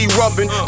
rubbing